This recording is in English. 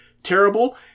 terrible